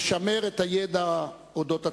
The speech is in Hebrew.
לשמר את הידע על אודות הצורר,